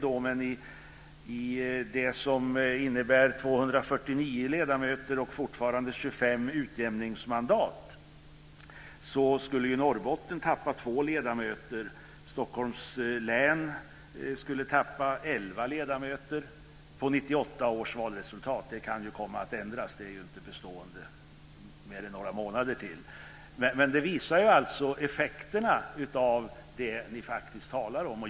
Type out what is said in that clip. Med det förslag som innebär 249 ledamöter och fortfarande 25 utjämningsmandat skulle Norrbotten tappa två ledamöter och Stockholms län skulle tappa 11 ledamöter på 1998 års valresultat. Det kan i och för sig komma att ändras; det är ju inte bestående i mer än några månader till. Detta visar effekterna av det som ni faktiskt talar om.